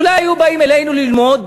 אולי היו באים אלינו ללמוד,